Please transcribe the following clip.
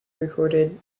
recorded